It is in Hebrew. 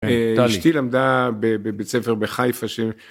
אשתי למדה בבית ספר בחיפה ש...